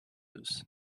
moves